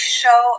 show